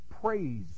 praise